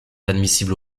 admissibles